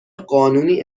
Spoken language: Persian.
قانونی